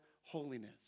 holiness